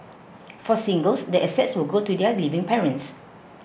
for singles the assets will go to their living parents